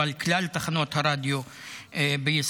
אבל כלל תחנות הרדיו בישראל,